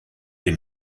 den